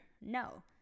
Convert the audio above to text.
No